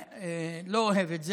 לא אוהב את זה.